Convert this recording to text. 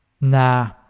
Nah